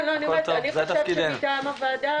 אני אומרת שמטעם הוועדה,